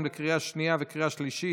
לקריאה שנייה וקריאה שלישית.